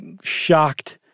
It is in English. shocked